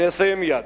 אני אסיים מייד,